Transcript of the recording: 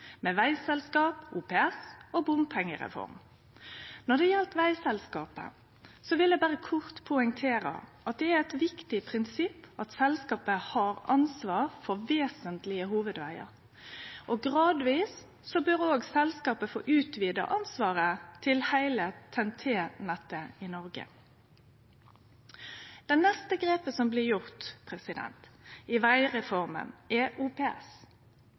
med vegselskap, OPS og bompengereform. Når det gjeld vegselskapet, vil eg berre kort poengtere at det er eit viktig prinsipp at selskapet har ansvaret for vesentlege hovudvegar. Gradvis bør òg selskapet få utvide ansvaret til heile TEN-T-vegnettet i Noreg. Det neste grepet som blei gjort i vegreforma, er OPS.